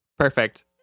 Perfect